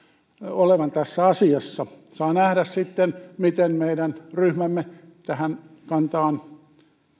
olevan tässä asiassa saa nähdä sitten miten meidän ryhmämme tähän kantaan